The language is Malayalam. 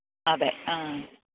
അതെ അ